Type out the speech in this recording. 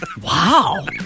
Wow